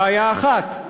בעיה אחת.